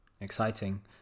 Exciting